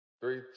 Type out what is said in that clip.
three